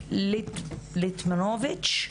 ליטמנוביץ'